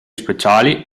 speciali